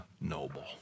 noble